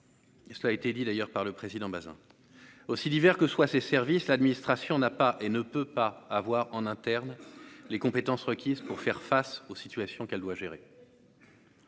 Cela a été dit d'ailleurs par le président Bazin aussi divers que soient ses services, l'administration n'a pas et ne peut pas avoir en interne les compétences requises pour faire face aux situations qu'elle doit gérer.